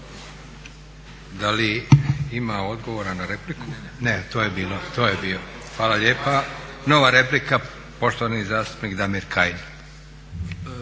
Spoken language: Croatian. Da li ima odgovora na repliku? Ne, to je bilo, to je bio. Hvala lijepa. Nova replika poštovani zastupnik Damir Kajin.